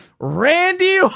randy